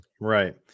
right